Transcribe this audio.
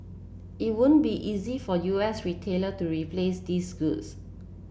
it won't be easy for U S retailer to replace these goods